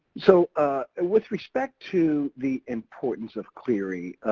so ah and with respect to the importance of clery,